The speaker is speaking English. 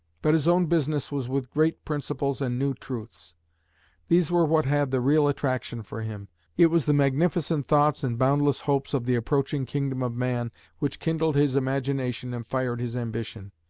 but his own business was with great principles and new truths these were what had the real attraction for him it was the magnificent thoughts and boundless hopes of the approaching kingdom of man which kindled his imagination and fired his ambition.